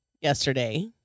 yesterday